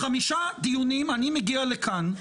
כחמישה דיונים שאני מגיע לכאן,